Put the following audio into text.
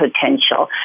potential